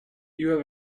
you